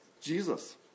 Jesus